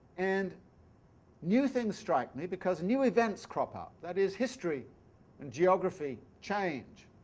and new things strike me because new events crop up, that is history and geography change.